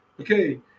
Okay